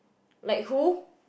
like who